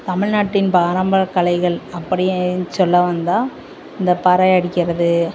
தமிழ்நாட்டின் பாரம்பரக்கலைகள் அப்படின் சொல்ல வந்தால் இந்த பறையடிக்கிறது